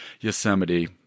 yosemite